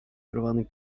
wyrwany